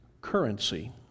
currency